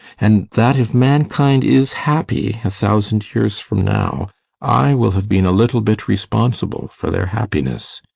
and that if mankind is happy a thousand years from now i will have been a little bit responsible for their happiness.